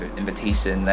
invitation